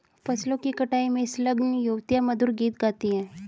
फसलों की कटाई में संलग्न युवतियाँ मधुर गीत गाती हैं